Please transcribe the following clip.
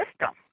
system